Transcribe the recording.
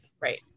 Right